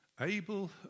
Abel